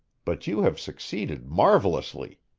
but you have succeeded marvelously.